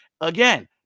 again